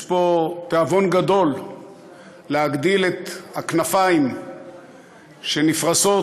יש פה תיאבון גדול להגדיל את הכנפיים שנפרסות